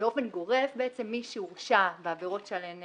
שבאופן גורף מי שהורשע בעבירות שעליהן